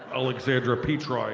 alexandra petri.